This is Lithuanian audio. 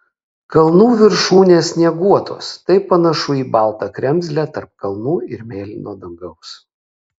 kalnų viršūnės snieguotos tai panašu į baltą kremzlę tarp kalnų ir mėlyno dangaus